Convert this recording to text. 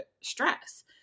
stress